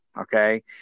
Okay